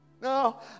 No